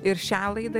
ir šią laidą